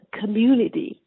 community